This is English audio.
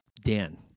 Dan